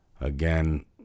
Again